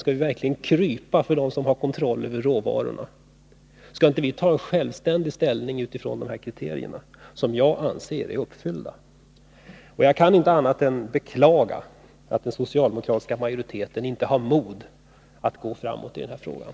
Skall vi verkligen krypa för dem som har kontroll över råvarorna? Skall inte vi inta en självständig ställning utifrån dessa kriterier, som jag anser är uppfyllda? Jag kan inte annat än beklaga att den socialdemokratiska majoriteten inte har mod att gå framåt i den här frågan.